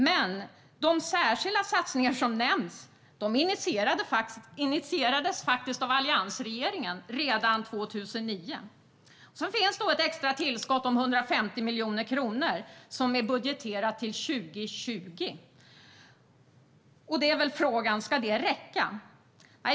Men de särskilda satsningar som nämns initierades faktiskt av alliansregeringen redan 2009. Det finns ett extra tillskott om 150 miljoner kronor som är budgeterat till 2020, men det är väl frågan om det ska räcka.